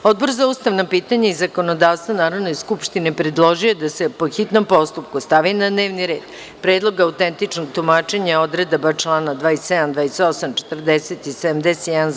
Odbor za ustavna pitanja i zakonodavstvo u Narodnoj skupštini, predložio je da se po hitnom postupku stavi na dnevni red Predlog autentičnog tumačenja odredaba čl. 27, 28, 40. i 71.